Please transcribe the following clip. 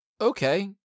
Okay